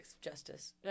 justice